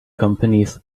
companies